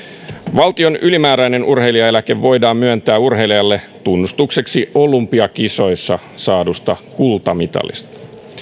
valtion ylimääräinen urheilijaeläke voidaan myöntää urheilijalle tunnustukseksi olympiakisoissa saadusta kultamitalista